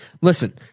Listen